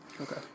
Okay